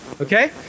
okay